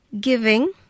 giving